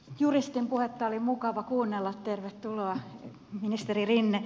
juristin puhetta oli mukava kuunnella tervetuloa ministeri rinne